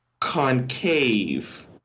concave